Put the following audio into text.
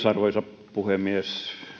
arvoisa puhemies